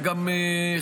זה גם חשוב,